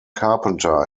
carpenter